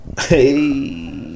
hey